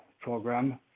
program